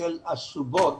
של הסובות,